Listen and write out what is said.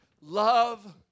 love